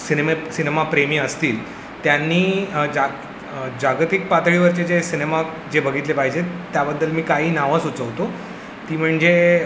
सिनेमे सिनेमा प्रेमी असतील त्यांनी जाग जागतिक पातळीवरचे जे सिनेमा जे बघितले पाहिजे आहेत त्याबद्दल मी काही नावं सुचवतो ती म्हणजे